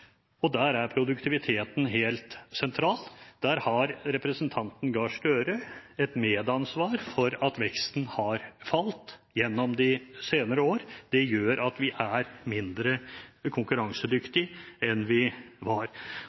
og der er produktiviteten helt sentral. Der har representanten Gahr Støre et medansvar for at veksten har falt gjennom de senere år. Det gjør at vi er mindre konkurransedyktig enn vi var.